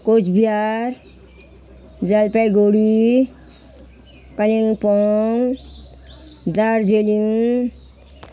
coach Behar Jalpaiguri Kalimpong Darjeeling